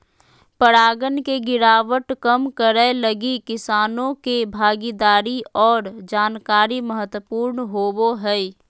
परागण के गिरावट कम करैय लगी किसानों के भागीदारी और जानकारी महत्वपूर्ण होबो हइ